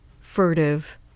Furtive